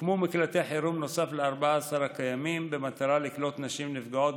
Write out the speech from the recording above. הוקמו מקלטי חירום נוסף ל-14 הקיימים במטרה לקלוט נשים נפגעות,